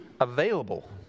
available